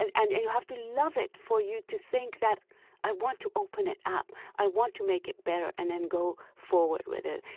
and and and you have to love it for you to think that i want to open it up. i want to make it better, and then go forward with it.